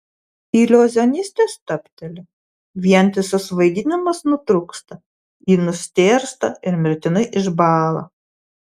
iliuzionistė stabteli vientisas vaidinimas nutrūksta ji nustėrsta ir mirtinai išbąla